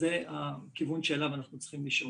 זה הכיוון שאליו אנחנו צריכים לשאוף.